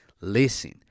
Listen